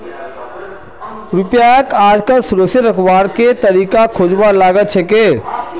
रुपयाक आजकल सुरक्षित रखवार के तरीका खोजवा लागल छेक